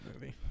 movie